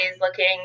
looking